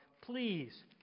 please